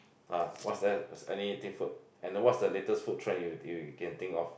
ah what's there any food and then what's the latest food trend you you can think of